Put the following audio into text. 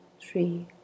three